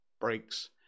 breaks